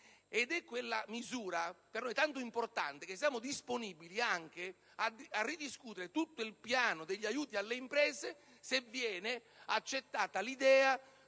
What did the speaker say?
di una misura per noi talmente importante che siamo disponibili anche a ridiscutere l'intero piano degli aiuti alle imprese qualora venisse accettata l'idea